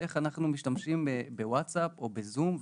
איך אנחנו משתמשים בוואטסאפ או בזום,